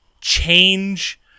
change